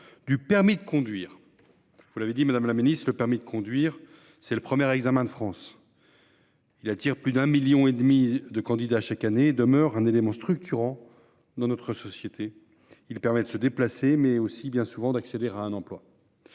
du permis de conduire. Vous l'avez souligné, madame la secrétaire d'État, le permis de conduire est le premier examen de France. Il attire plus d'un million et demi de candidats chaque année et demeure un élément structurant de notre société. Il permet de se déplacer, mais aussi, bien souvent, d'accéder à un emploi.